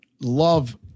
love